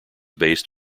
based